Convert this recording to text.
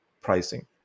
pricing